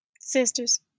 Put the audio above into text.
Sisters